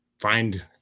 find